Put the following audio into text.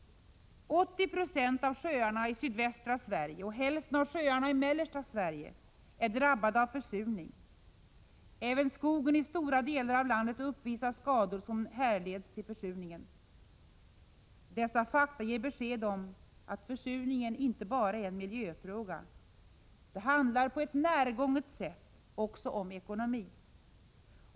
80 90 av sjöarna i sydvästra Sverige och hälften av sjöarna i mellersta Sverige är drabbade av försurning. Även skogen i stora delar av landet uppvisar skador som härleds till försurningen. Dessa fakta ger besked om att försurningen inte bara är en miljöfråga. Det handlar på ett närgånget sätt också om ekonomi.